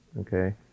Okay